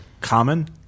Common